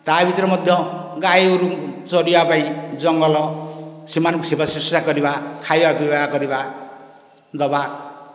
ତା' ଭିତରେ ମଧ୍ୟ ଗାଈ ଗୋରୁ ଚରିବା ପାଇଁ ଜଙ୍ଗଲ ସେମାନଙ୍କ ସେବା ସୁଶ୍ରୁଶା କରିବା ଖାଇବା ପିଇବା କରିବା ଦେବା